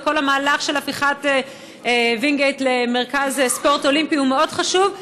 וכל המהלך של הפיכת וינגייט למרכז ספורט אולימפי הוא מאוד חשוב,